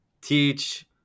teach